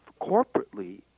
corporately